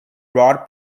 rod